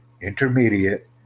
intermediate